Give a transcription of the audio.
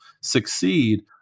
succeed